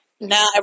now